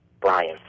Brian